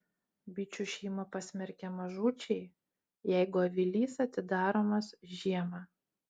bičių šeima pasmerkiama žūčiai jeigu avilys atidaromas žiemą